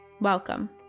Welcome